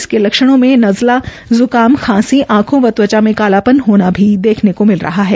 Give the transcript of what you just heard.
इसके लक्षणों मे नज़ला ज्काम खांसी आंखों व त्वचा मे कालापन होना भी देखने को मिल रहा है